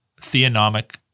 theonomic